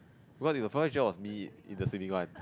what if the profile picture was me in the swimming one